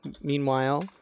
meanwhile